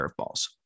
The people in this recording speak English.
curveballs